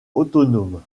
autonomes